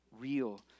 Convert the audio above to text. real